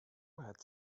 had